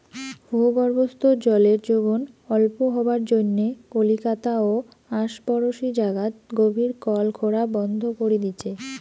ভূগর্ভস্থ জলের যোগন অল্প হবার জইন্যে কলিকাতা ও আশপরশী জাগাত গভীর কল খোরা বন্ধ করি দিচে